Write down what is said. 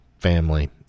family